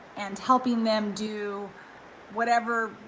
and helping them do whatever,